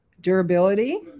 Durability